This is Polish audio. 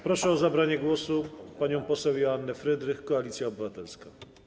Proszę o zabranie głosu panią poseł Joannę Frydrych, Koalicja Obywatelska.